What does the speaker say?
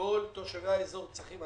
שכל תושבי האזור צריכים.